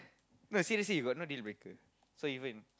no seriously got no deal breaker so even